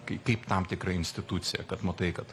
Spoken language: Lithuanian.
kai kaip tam tikra institucija kad matai kad